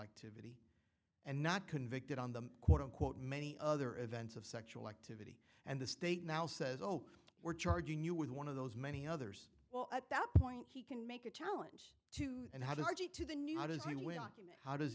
activity and not convicted on the quote unquote many other events of sexual activity and the state now says oh we're charging you with one of those many others well at that point he can make a challenge to and how